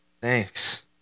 thanks